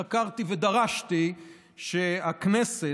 חקרתי ודרשתי עלה שהכנסת,